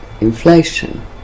inflation